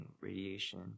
radiation